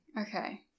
okay